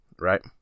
right